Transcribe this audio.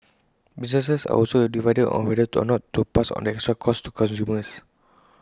businesses are also divided on whether or not to pass on the extra costs to consumers